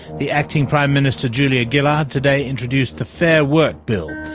the acting prime minister, julia gillard, today introduced the fair work bill,